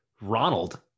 Ronald